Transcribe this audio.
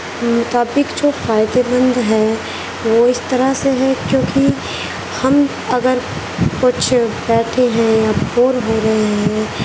مطابق جو فائدے مند ہے وہ اس طرح سے ہے کیونکہ ہم اگر کچھ بیٹھے ہیں یا بور ہو رہے ہیں